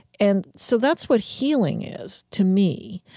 and so that's what healing is to me.